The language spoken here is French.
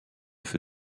feu